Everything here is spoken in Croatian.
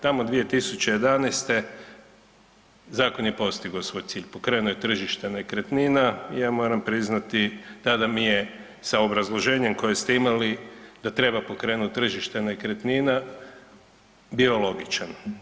Tamo 2011. zakon je postigao svoj cilj, pokrenuo je tržište nekretnina i ja moram priznati, tada mi je sa obrazloženjem koje ste imali, da treba pokrenuti tržište nekretnina, bio logičan.